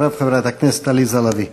אחריו, חברת הכנסת עליזה לביא.